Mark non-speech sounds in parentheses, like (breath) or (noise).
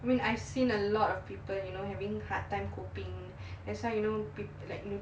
I mean I've seen a lot of people you know having hard time coping (breath) that's why you know peop~ like nu~